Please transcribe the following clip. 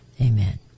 Amen